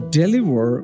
deliver